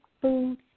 food